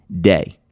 day